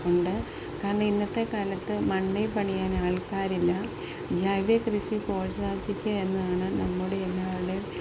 ഉണ്ട് കാരണം ഇന്നത്തെക്കാലത്ത് മണ്ണില് പണിയാൻ ആൾക്കാരില്ല ജൈവകൃഷി പ്രോത്സാഹിപ്പിക്കുകയെന്നതാണ് നമ്മുടെ എല്ലാവരുടെയും